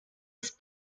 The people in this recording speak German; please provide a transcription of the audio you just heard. ist